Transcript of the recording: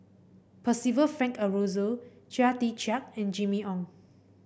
Percival Frank Aroozoo Chia Tee Chiak and Jimmy Ong